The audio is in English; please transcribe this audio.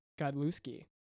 Godlewski